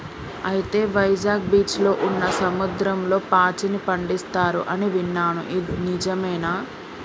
అయితే వైజాగ్ బీచ్లో ఉన్న సముద్రంలో పాచిని పండిస్తారు అని ఇన్నాను నిజమేనా